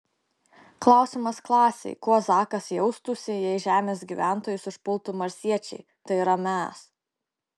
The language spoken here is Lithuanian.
klausimas klasei kuo zakas jaustųsi jei žemės gyventojus užpultų marsiečiai tai yra mes